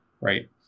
right